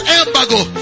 embargo